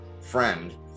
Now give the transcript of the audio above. friend